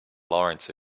laurence